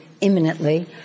imminently